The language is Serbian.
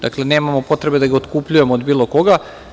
Dakle, nemamo potrebe da ga otkupljujemo od bilo koga.